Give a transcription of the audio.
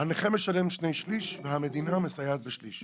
משלם שני שליש והמדינה מסייעת בשליש.